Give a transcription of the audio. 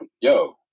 Yo